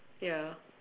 ya